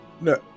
no